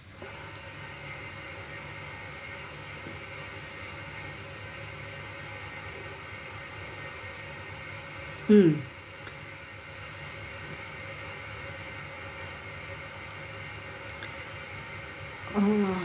mm